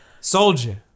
Soldier